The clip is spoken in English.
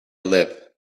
live